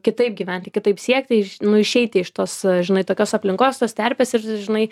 kitaip gyventi kitaip siekti nu išeiti iš tos žinai tokios aplinkos tos terpės ir žinai